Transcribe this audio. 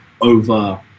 over